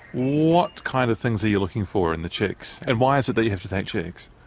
what kind of things are you looking for in the chicks, and why is it that you have to take chicks?